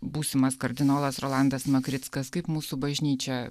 būsimas kardinolas rolandas makrickas kaip mūsų bažnyčia